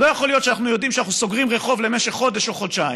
לא יכול להיות שאנחנו יודעים שאנחנו סוגרים רחוב למשך חודש או חודשיים,